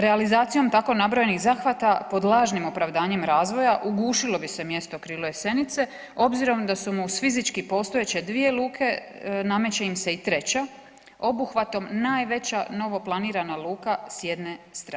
Realizacijom tako nabrojenih zahvata pod lažnim opravdanjem razvoja, ugušilo bi se mjesto Krilo Jesenice obzirom da su mu s fizičke postojeće 2 luke, nameće im se i treća, obuhvatom najveća novo planirana luka s jedne strane.